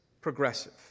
Progressive